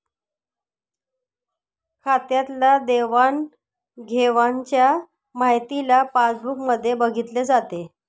खात्यातल्या देवाणघेवाणच्या माहितीला पासबुक मध्ये बघितले जाते